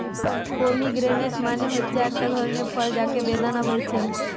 pomegranate মানে হচ্ছে একটা ধরণের ফল যাকে বেদানা বলছে